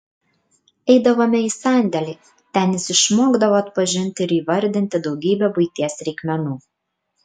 eidavome į sandėlį ten jis išmokdavo atpažinti ir įvardinti daugybę buities reikmenų